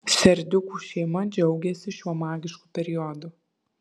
serdiukų šeima džiaugiasi šiuo magišku periodu